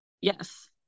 yes